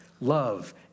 love